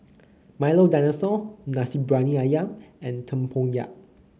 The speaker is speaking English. Milo Dinosaur Nasi Briyani ayam and tempoyak